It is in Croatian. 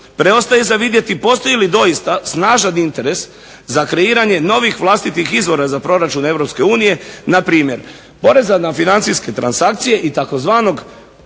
preostaje za vidjeti postoji li doista snažan interes za kreiranje novih vlastitih izvora za proračun Europske unije, na primjer poreza na financijske transakcije i tzv.